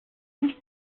nicht